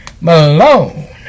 Malone